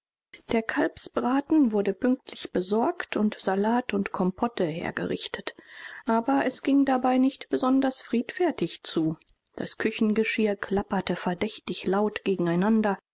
der kalbsbraten wurde pünktlich besorgt und salat und kompotte hergerichtet aber es ging dabei nicht besonders friedfertig zu das küchengeschirr klapperte verdächtig laut gegeneinander